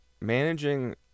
managing